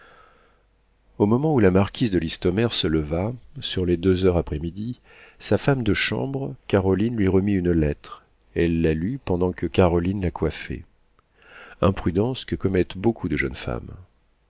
au moment où la marquise de listomère se leva sur les deux heures après midi sa femme de chambre caroline lui remit une lettre elle la lut pendant que caroline la coiffait imprudence que commettent beaucoup de jeunes femmes